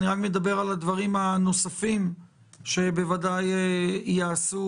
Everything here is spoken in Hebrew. אני מדבר על הדברים הנוספים שבוודאי יעשו,